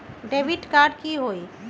Debit card की होई?